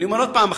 אני אומר שוב,